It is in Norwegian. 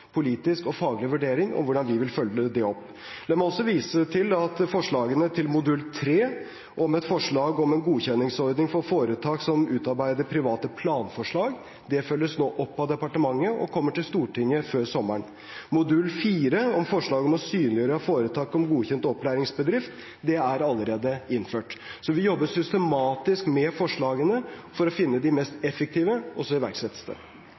politisk og faglig vurdering om hvordan vi vil følge det opp. Det må også vises til at forslagene til modul 3, om et forslag om en godkjenningsordning for foretak som utarbeider private planforslag, følges nå opp av departementet og kommer til Stortinget før sommeren. Modul 4, om forslaget om å synliggjøre foretak som godkjent opplæringsbedrift, er allerede innført. Så vi jobber systematisk med forslagene for å finne de mest effektive, og så iverksettes det.